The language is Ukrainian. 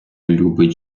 любить